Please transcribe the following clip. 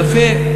יפה.